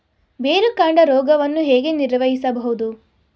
ಬೇರುಕಾಂಡ ರೋಗವನ್ನು ಹೇಗೆ ನಿರ್ವಹಿಸಬಹುದು?